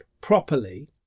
properly